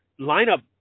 lineup